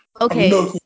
Okay